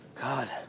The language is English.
God